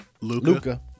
Luca